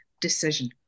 decision